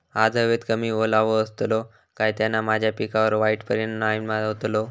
आज हवेत कमी ओलावो असतलो काय त्याना माझ्या पिकावर वाईट परिणाम नाय ना व्हतलो?